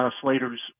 Slater's